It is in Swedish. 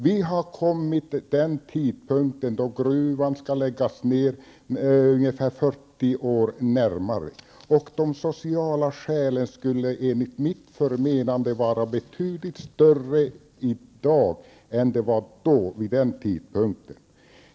Vi har nu kommit ungefär 40 år närmare den tidpunkt då gruvan skall läggas ned, och de sociala skälen skulle enligt mitt förmenande vara betydligt större i dag än i början på 50-talet.